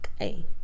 Okay